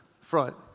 front